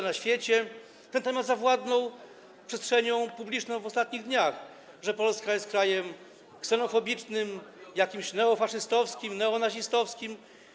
na świecie - ten temat zawładnął przestrzenią publiczną w ostatnich dniach - że Polska jest krajem ksenofobicznym, jakimś neofaszystowskim, neonazistowskim.